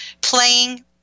playing